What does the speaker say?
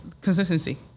Consistency